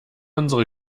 unsere